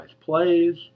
plays